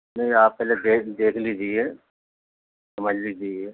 نہیں آپ پہلے دیکھ لیجیے سمجھ لیجیے